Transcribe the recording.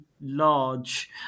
large